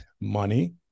money